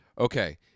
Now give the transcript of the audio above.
okay